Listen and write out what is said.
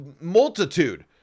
multitude